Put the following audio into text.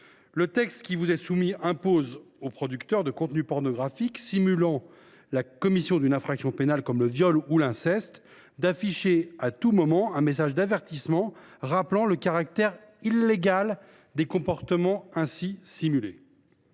le texte qui nous est soumis impose aux producteurs de contenus pornographiques simulant la commission d’une infraction pénale, comme le viol ou l’inceste, d’afficher à tout moment un message d’avertissement rappelant le caractère illégal des comportements ainsi mis